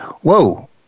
Whoa